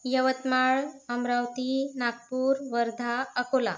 Yavatmal Amravati Nagpur Wardha Akola